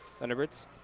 Thunderbirds